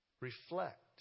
reflect